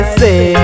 say